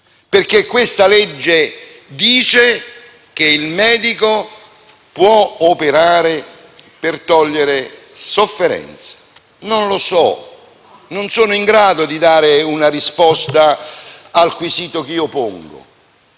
che questa legge dice che il medico può operare per togliere sofferenze. Non lo so. Non sono in grado di dare una risposta al quesito che io pongo,